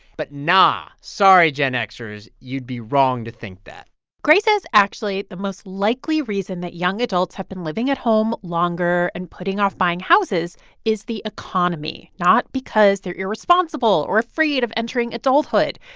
but, nah, sorry gen xers. you'd be wrong to think that gray says, actually, the most likely reason that young adults have been living at home longer and putting off buying houses is the economy, not because they're irresponsible or afraid of entering adulthood.